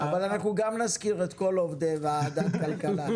אבל אנחנו גם נזכיר את כל עובדי ועדת הכלכלה,